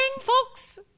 folks